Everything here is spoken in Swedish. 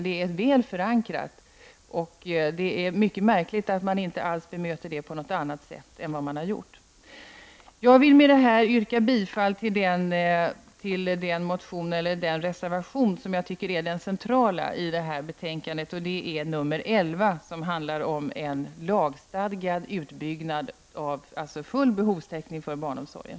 Det är väl förankrat, och det är mycket märkligt att man inte alls bemöter förslaget på något annat sätt än man har gjort. Jag vill med detta yrka bifall till den reservation som jag tycker är den centrala i detta betänkande. Det är nr 11, som handlar om full behovstäckning för barnomsorgen.